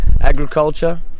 agriculture